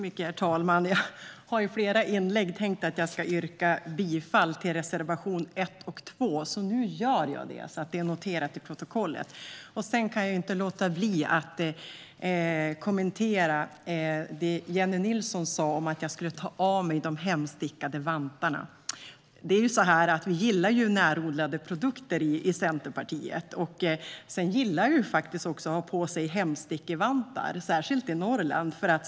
Herr talman! Jag har i flera inlägg tänkt att jag ska yrka bifall till reservationerna 1 och 2. Nu gör jag det, så att det är noterat i protokollet. Sedan kan jag inte låta blir att kommentera det som Jennie Nilsson sa om att jag skulle ta av mig de hemstickade vantarna. Det är ju så att vi i Centerpartiet gillar närodlade produkter. Sedan gillar man faktiskt också att ha på sig hemstickade vantar, särskilt i Norrland.